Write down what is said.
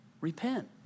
repent